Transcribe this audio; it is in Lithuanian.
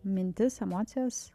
mintis emocijas